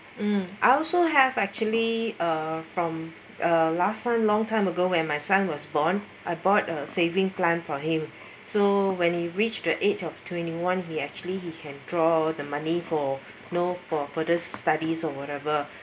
mm I also have actually uh from uh last time long time ago when my son was born I bought a savings plan for him so when he reached the age of twenty one he actually he can draw the money for know for further studies or whatever